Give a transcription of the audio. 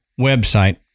website